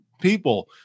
people